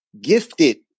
gifted